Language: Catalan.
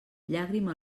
llàgrima